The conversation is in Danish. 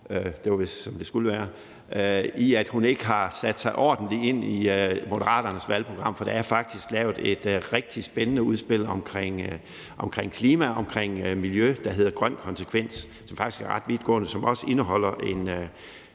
det var vist, som det skulle være – for, at hun ikke har sat sig ordentligt ind i Moderaternes valgprogram. Der er faktisk lavet et rigtig spændende udspil omkring klima og omkring miljø, der hedder »Grøn konsekvens«, som faktisk er ret vidtgående, og som også indeholder en